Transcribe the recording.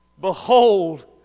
Behold